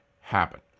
happen